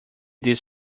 this